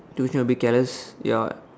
to hear a bit careless ya